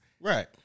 Right